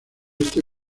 este